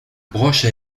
broche